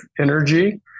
energy